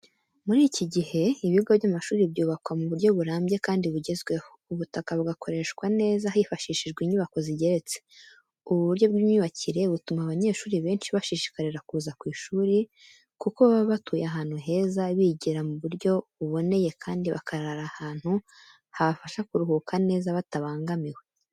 Muri iki gihe, ibigo by’amashuri byubakwa mu buryo burambye kandi bugezweho, ubutaka bugakoreshwa neza hifashishijwe inyubako zigeretse. Ubu buryo bw'imyubakire butuma abanyeshuri benshi bashishikarira kuza ku ishuri, kuko baba batuye ahantu heza, bigira mu buryo buboneye kandi bakarara ahantu habafasha kuruhuka neza batabangamiwe.